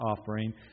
offering